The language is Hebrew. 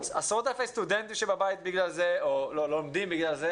עשרות אלפי סטודנטים שבגלל זה לא לומדים,